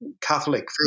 Catholic